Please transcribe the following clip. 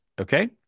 okay